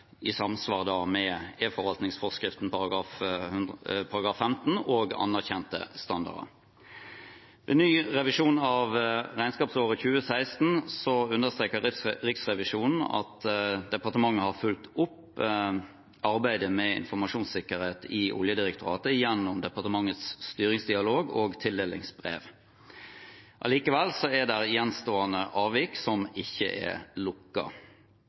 i samsvar med eForvaltningsforskriften § 15 og anerkjente standarder. Ved ny revisjon av regnskapsåret 2016 understreket Riksrevisjonen at departementet har fulgt opp arbeidet med informasjonssikkerhet i Oljedirektoratet gjennom departementets styringsdialog og tildelingsbrev. Likevel er det gjenstående avvik, som ikke er